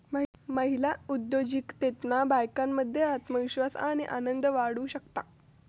महिला उद्योजिकतेतना बायकांमध्ये आत्मविश्वास आणि आनंद वाढू शकता